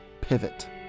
pivot